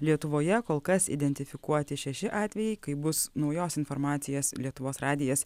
lietuvoje kol kas identifikuoti šeši atvejai kai bus naujos informacijos lietuvos radijas